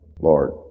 Lord